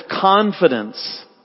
confidence